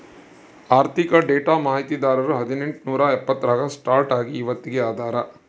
ಆರ್ಥಿಕ ಡೇಟಾ ಮಾಹಿತಿದಾರರು ಹದಿನೆಂಟು ನೂರಾ ಎಪ್ಪತ್ತರಾಗ ಸ್ಟಾರ್ಟ್ ಆಗಿ ಇವತ್ತಗೀ ಅದಾರ